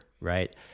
right